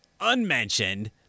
Unmentioned